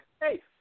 Hey